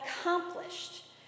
accomplished